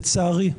לצערי,